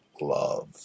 Love